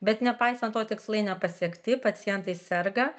bet nepaisant to tikslai nepasiekti pacientai serga